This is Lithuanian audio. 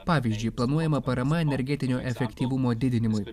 pavyzdžiui planuojama parama energetinio efektyvumo didinimui